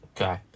okay